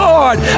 Lord